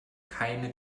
keine